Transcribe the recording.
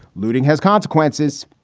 looting has consequences.